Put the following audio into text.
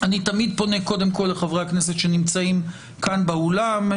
אני תמיד פונה קודם כול לחברי הכנסת שנמצאים כאן באולם,